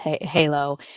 halo